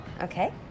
okay